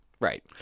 Right